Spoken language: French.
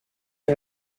les